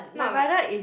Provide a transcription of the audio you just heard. not like